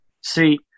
See